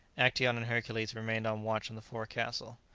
actaeon and hercules remained on watch on the forecastle.